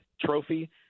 trophy